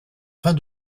fins